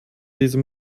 diesem